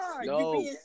no